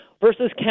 versus